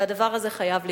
והדבר הזה חייב להיפסק.